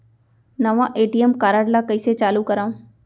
नवा ATM card ल कइसे चालू करव?